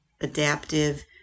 adaptive